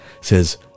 says